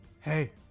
Hey